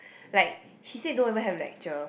like she said don't even have lecturer